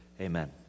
amen